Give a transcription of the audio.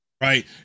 Right